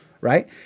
right